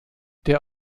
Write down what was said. der